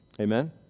Amen